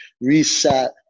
reset